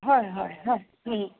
হয় হয় হয় ওম